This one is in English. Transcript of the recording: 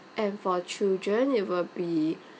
and for children it will be